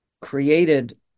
created